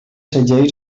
segells